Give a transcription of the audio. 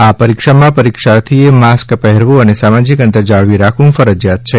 આ પરીક્ષામાં પરિક્ષાર્થીએ માસ્ક પહેરવું અને સામાજીક અંતર જાળવી રાખવું ફરજિયાત છે